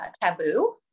taboo